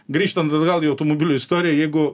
grįžtant atgal į automobilių istoriją jeigu